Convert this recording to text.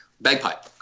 Bagpipe